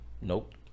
nope